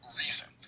reason